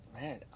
Man